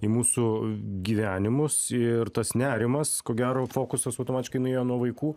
į mūsų gyvenimus ir tas nerimas ko gero fokusas automatiškai nuėjo nuo vaikų